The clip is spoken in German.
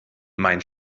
mein